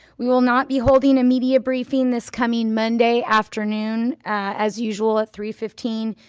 we will not be holding a media briefing this coming monday afternoon, as usual at three fifteen,